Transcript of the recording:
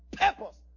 purpose